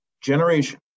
generation